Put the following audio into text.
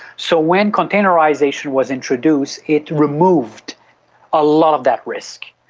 so when containerisation was introduced it removed a lot of that risk.